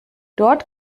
dort